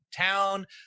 town